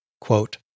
Quote